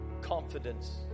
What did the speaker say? confidence